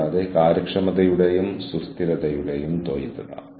അതിനാൽ നിങ്ങളുടെ ഉറച്ച പ്രത്യേക കഴിവുകൾ നിങ്ങൾ സംരക്ഷിക്കുന്നു